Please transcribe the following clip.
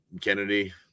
Kennedy